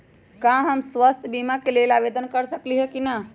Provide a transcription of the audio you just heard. का हम स्वास्थ्य बीमा के लेल आवेदन कर सकली ह की न?